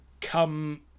come